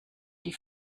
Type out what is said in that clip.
die